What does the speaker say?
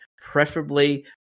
preferably